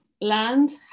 land